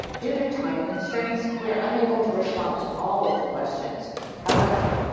due to time constraints, we are unable to respond to all of the questions however,